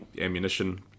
ammunition